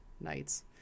nights